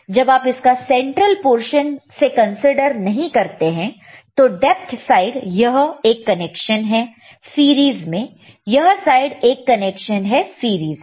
जब आप इसका सेंट्रल पोरशन से कंसीडर नहीं करते हैं तो डेप्थ साइड यह एक कनेक्शन है सीरीज में यह साइड एक कनेक्शन है सीरीज में